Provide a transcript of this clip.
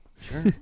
Sure